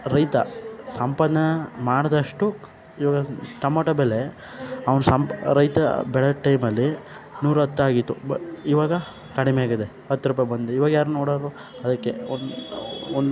ರೈತ ಸಂಪಾದ್ನೆ ಮಾಡಿದಷ್ಟು ಇವಾಗ ಟೊಮಾಟೊ ಬೆಲೆ ಅವ್ನು ಸಂಪಾ ರೈತ ಬೆಳೆದ ಟೈಮಲ್ಲಿ ನೂರಾಹತ್ತು ಆಗಿತ್ತು ಬಟ್ ಇವಾಗ ಕಡಿಮೆ ಆಗಿದೆ ಹತ್ತು ರೂಪಾಯಿ ಬಂದು ಇವಾಗ ಯಾರು ನೋಡೋರು ಅದಕ್ಕೆ ಒಂದು ಒಂದು